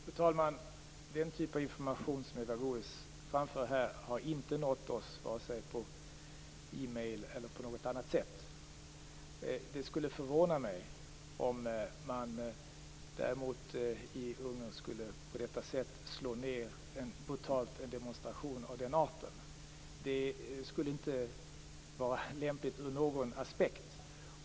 Fru talman! Den typ av information som Eva Goës framför här har inte nått oss vare sig via e-post eller på något annat sätt. Det skulle förvåna mig om man i Ungern på detta brutala sätt skulle slå ned en demonstration av den arten. Det skulle inte vara lämpligt ur någon aspekt.